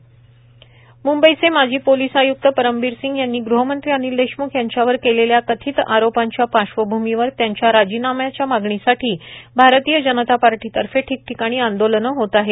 भाजप निदर्शने म्ंबईचे माजी पोलिस आय्क्त परमबीर सिंह यांनी ग़हमंत्री अनिल देशम्ख यांच्यावर केलेल्या कथित आरोपांच्या पार्श्वभूमीवर त्यांच्या राजीनाम्याच्या मागणीसाठी भारतीय जनता पक्षातर्फे ठिकठिकाणी आंदोलनं होत आहेत